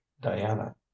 diana